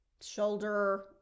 shoulder